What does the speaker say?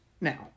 Now